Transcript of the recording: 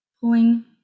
pulling